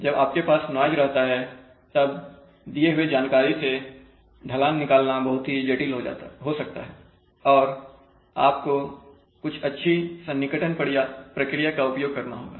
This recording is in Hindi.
जब आपके पास नॉइज रहता है तब दिए हुए जानकारी से ढलान निकालना बहुत ही जटिल हो सकता है और आपको कुछ अच्छी सन्निकटन प्रक्रिया का उपयोग करना होगा